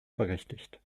berechtigt